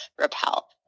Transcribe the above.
repel